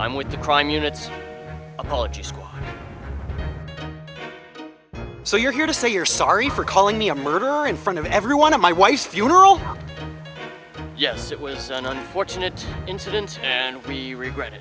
i'm with the crime units apologist so you're here to say you're sorry for calling me a murderer in front of everyone of my wife's funeral yes it was an unfortunate incident and we regret